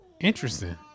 interesting